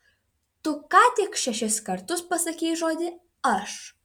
tu ką tik šešis kartus pasakei žodį aš